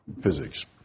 physics